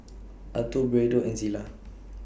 Alto Braydon and Zillah